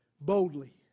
boldly